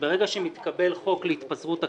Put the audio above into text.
שברגע שמתקבל חוק להתפזרות הכנסת,